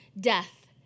death